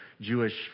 Jewish